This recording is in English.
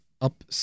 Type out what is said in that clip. up